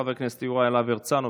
חבר הכנסת יוראי להב הרצנו,